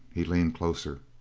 he leaned closer.